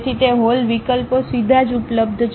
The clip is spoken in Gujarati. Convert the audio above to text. તેથી તે હોલ વિકલ્પો સીધા જ ઉપલબ્ધ છે